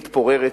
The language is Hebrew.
מתפוררת,